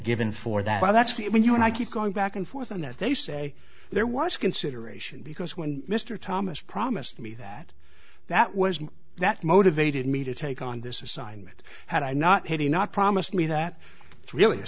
given for that but that's when you and i keep going back and forth on that they say there was consideration because when mr thomas promised me that that wasn't that motivated me to take on this assignment had i not had not promised me that it's really a